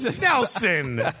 Nelson